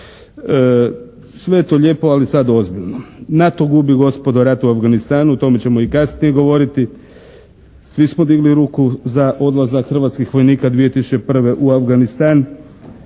Sve je to lijepo, ali sad ozbiljno. NATO gubi gospodo rat u Afganistanu. O tome ćemo i kasnije govoriti. Svi smo digli ruku za odlazak hrvatskih vojnika 2001. u Afganistan.